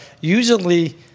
usually